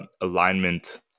alignment